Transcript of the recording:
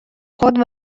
خود